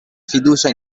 fiducia